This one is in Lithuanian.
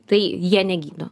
tai jie negydo